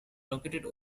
located